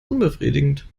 unbefriedigend